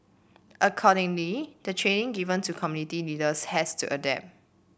accordingly the training given to community leaders has to adapt